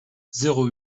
zéro